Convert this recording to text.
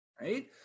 right